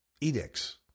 edicts